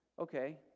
okay